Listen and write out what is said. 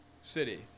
city